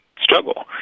struggle